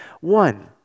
One